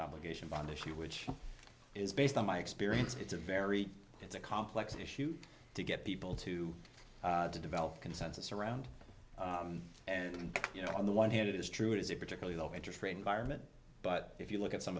obligation bond issue which is based on my experience it's a very it's a complex issue to get people to to develop a consensus around and you know on the one hand it is true it is a particularly low interest rate environment but if you look at some